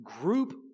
group